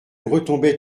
retombait